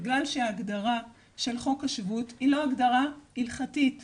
בגלל שההגדרה של חוק השבות היא לא הגדרה הלכתית.